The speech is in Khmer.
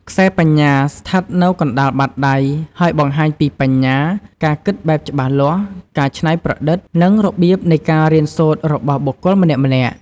ខ្សែបញ្ញា ស្ថិតនៅកណ្តាលបាតដៃ ហើយបង្ហាញពីបញ្ញា ការគិតបែបច្បាស់លាស់ ការច្នៃប្រឌិត និងរបៀបនៃការរៀនសូត្ររបស់បុគ្គលម្នាក់ៗ។